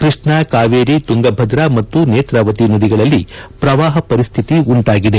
ಕೃಷ್ಣಾ ಕಾವೇರಿ ತುಂಗಭದ್ರಾ ಮತ್ತು ನೇತ್ರಾವತಿ ನದಿಗಳಲ್ಲಿ ಪ್ರವಾಹ ಪರಿಸ್ಡಿತಿ ಉಂಟಾಗಿದೆ